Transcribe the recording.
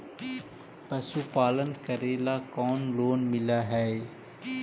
पशुपालन करेला कोई लोन मिल हइ?